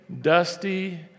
dusty